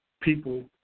people